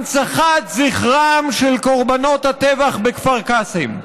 הנצחת זכרם של קורבנות הטבח בכפר קאסם.